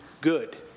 good